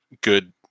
good